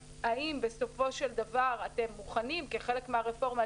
בסופו של דבר אתם מוכנים כחלק מהרפורמה,